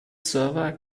server